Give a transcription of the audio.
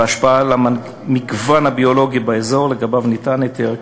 וההשפעה על המגוון הביולוגי באזור שלגביו ניתן ההיתר,